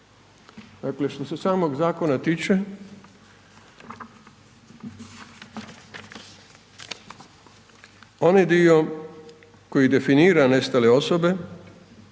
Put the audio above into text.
za to. Što se samog zakona, tiče, onaj dio koji definira nestale osobe